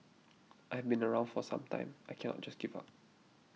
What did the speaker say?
I've been around for some time I can not just give up